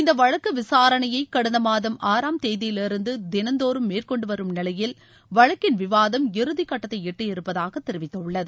இந்த வழக்கு விசாரணையை கடந்த மாதம் ஆறாம் தேதியிலிருந்து தினந்தோறும் மேற்கொண்டு வரும் நிலையில் வழக்கிள் விவாதம் இறுதிக்கட்டத்தை எட்டியிருப்பதாக தெிவித்துள்ளது